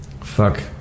Fuck